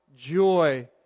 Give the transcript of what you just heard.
joy